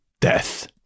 Death